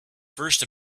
first